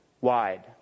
wide